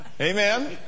Amen